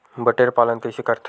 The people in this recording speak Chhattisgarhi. बटेर पालन कइसे करथे?